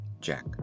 Jack